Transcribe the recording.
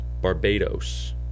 Barbados